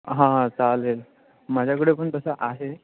हां चालेल माझ्याकडे पण तसं आहे